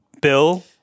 bill –